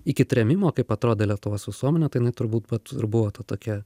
iki trėmimo kaip atrodė lietuvos visuomenė tai jinai turbūt vat ir buvo ta tokia